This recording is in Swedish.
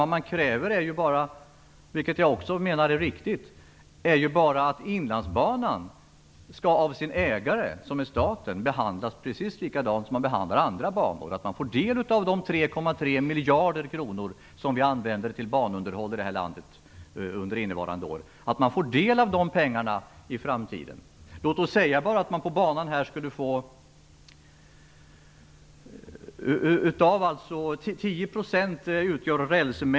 De kräver bara - vilket jag också menar är riktigt - att Inlandsbanan av sin ägare, som är staten, skall behandlas som precis likadant som alla andra banor, dvs. att de får del av de 3,3 miljarder kronor som vi använder till banunderhåll i det här landet under innevarande år. Man vill få del av de pengarna i framtiden. Rälsmängden på banan utgör 10 % av all räls.